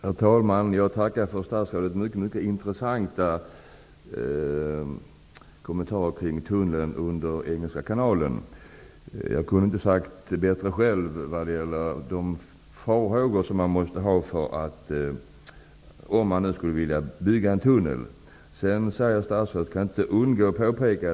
Herr talman! Jag tackar för statsrådets mycket intressanta kommentarer om tunneln under Engelska kanalen. Jag kunde inte ha sagt det bättre själv, vad gäller de farhågor som man måste hysa inför en tunnel. Statsrådet säger att tunneln under Engelska kanalen blir dubbelt så dyr som beräknat.